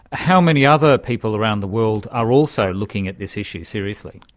how many other people around the world are also looking at this issue seriously?